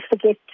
forget